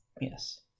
yes